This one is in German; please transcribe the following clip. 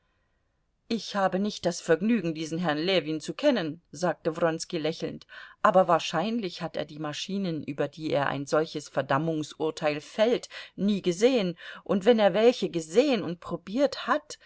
ich habe nicht das vergnügen diesen herrn ljewin zu kennen sagte wronski lächelnd aber wahrscheinlich hat er die maschinen über die er ein solches verdammungsurteil fällt nie gesehen und wenn er welche gesehen und probiert hat